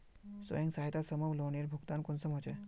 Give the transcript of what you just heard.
स्वयं सहायता समूहत लोनेर भुगतान कुंसम होचे?